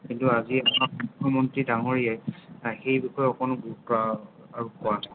কিন্তু আজি আমাৰ মুখ্যমন্ত্ৰী ডাঙৰীয়াই সেই বিষয়ত অকণো গুৰুত্ব আৰোপ কৰা নাই